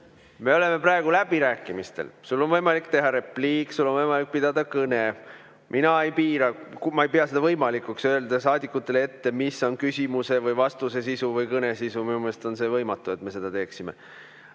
me oleme praegu läbirääkimistel. Sul on võimalik teha repliik, sul on võimalik pidada kõne. Mina ei piira. Ma ei pea võimalikuks öelda saadikutele ette, mis on küsimuse või vastuse sisu või kõne sisu. Minu meelest on võimatu, et me seda teeksime.